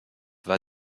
war